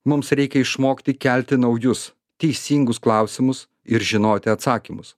mums reikia išmokti kelti naujus teisingus klausimus ir žinoti atsakymus